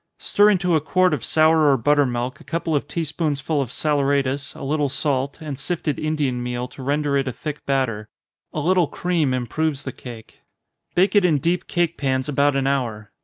stir into a quart of sour or butter-milk a couple of tea-spoonsful of saleratus, a little salt, and sifted indian meal to render it a thick batter a little cream improves the cake bake it in deep cake pans about an hour.